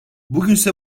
bugünse